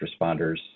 responders